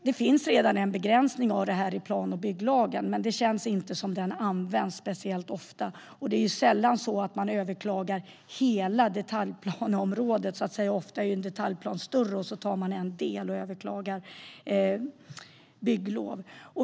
Det finns redan en begränsning av detta i plan och bygglagen, men det känns inte som att den används speciellt ofta. Det är sällan så att man överklagar hela detaljplaneområdet. Ofta är en detaljplan större, och så tar man en del och överklagar bygglov.